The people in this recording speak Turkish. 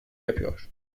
yapıyor